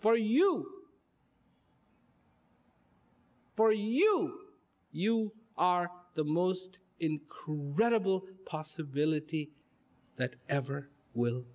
for you for you you are the most incredible possibility that ever will